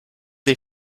des